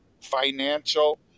financial